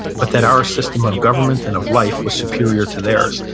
but that our system of government and of life was superior to theirs.